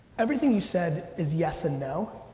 everything you said is yes and no.